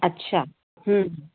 अच्छा हम्म